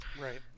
Right